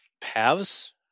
paths